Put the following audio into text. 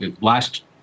Last